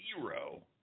Zero